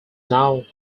now